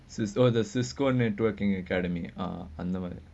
since all the cisco networking academy ah I know where